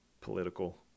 political